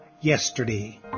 yesterday